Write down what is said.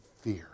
fear